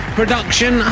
production